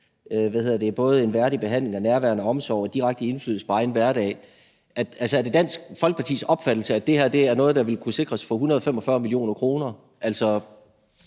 sikres både en værdig behandling og nærvær og omsorg og direkte indflydelse på egen hverdag. Er det Dansk Folkepartis opfattelse, at det er noget, der ville kunne sikres for 145 mio. kr.?